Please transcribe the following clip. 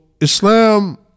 Islam